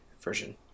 version